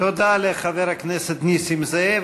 תודה לחבר הכנסת נסים זאב.